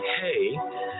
hey